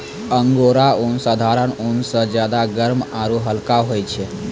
angora ऊन साधारण ऊन स ज्यादा गर्म आरू हल्का होय छै